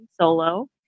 Solo